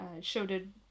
showed